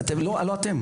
שוב לא אתם,